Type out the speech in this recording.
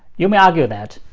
you may argue that,